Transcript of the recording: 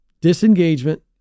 disengagement